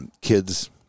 Kids